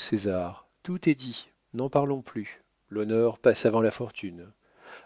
césar tout est dit n'en parlons plus l'honneur passe avant la fortune